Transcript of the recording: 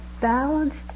balanced